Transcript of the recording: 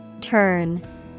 Turn